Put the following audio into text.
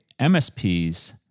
MSPs